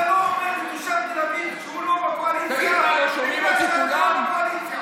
אתה לא אומר לתושב תל אביב שהוא לא בקואליציה: בגלל שאתה לא בקואליציה,